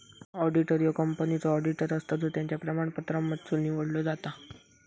auditor ह्यो कंपनीचो auditor असता जो त्याच्या प्रमाणपत्रांमधसुन निवडलो जाता